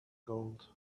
gold